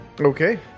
Okay